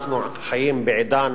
אנחנו חיים בעידן